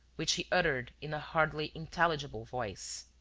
which he uttered in a hardly intelligible voice